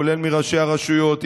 כולל מראשי הרשויות,